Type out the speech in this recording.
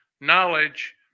knowledge